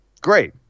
Great